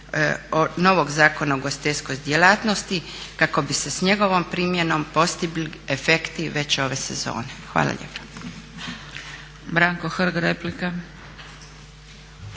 novog Zakona o ugostiteljskoj djelatnosti kako bi se s njegovom primjenom postigli efekti već ove sezone. Hvala lijepa.